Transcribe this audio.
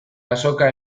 azoka